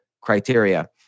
criteria